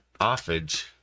Offage